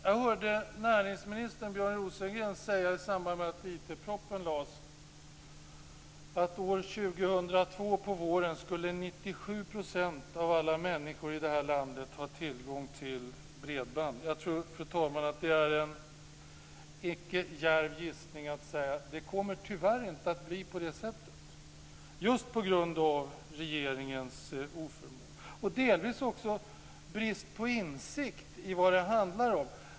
Jag hörde näringsminister Björn Rosengren i samband med att IT-propositionen lades fram säga att till våren år 2002 skulle 97 % av alla människor i vårt land ha tillgång till bredband. Jag tror, fru talman, att det icke är en djärv gissning att säga att det tyvärr just på grund av regeringens oförmåga inte kommer att bli på det sättet. Det beror delvis också på brist på insikt i vad det handlar om.